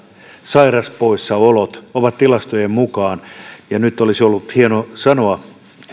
sairauspoissaolot ovat tilastojen mukaan ja nyt olisi ollut hienoa sanoa